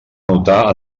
notar